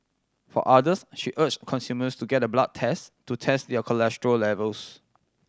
for others she urged consumers to get a blood test to test their cholesterol levels